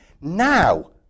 Now